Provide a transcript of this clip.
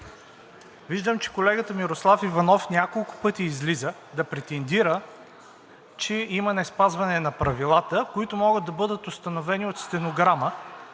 Виждам, че колегата Мирослав Иванов няколко пъти излиза да претендира, че има неспазване на правилата, които могат да бъдат установени от стенограмата.